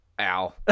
ow